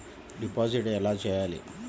Deposit ఎలా చెయ్యాలి?